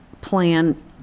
plan